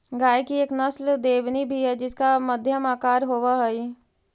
गाय की एक नस्ल देवनी भी है जिसका मध्यम आकार होवअ हई